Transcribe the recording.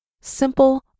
simple